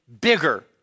bigger